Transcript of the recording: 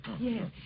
Yes